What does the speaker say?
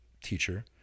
teacher